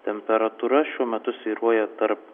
temperatūra šiuo metu svyruoja tarp